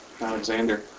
Alexander